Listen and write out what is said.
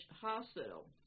Hospital